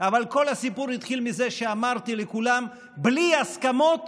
כל הסיפור התחיל מזה שאמרתי לכולם שבלי הסכמות